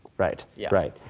right, yeah right.